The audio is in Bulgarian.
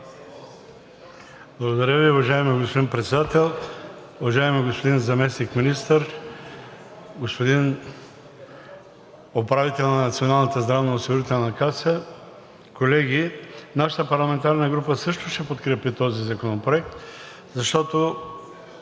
Благодаря Ви, уважаеми господин Председател. Уважаеми господин Заместник-министър, господин Управител на Националната здравноосигурителна каса, колеги! Нашата парламентарна група също ще подкрепи този законопроект, защото,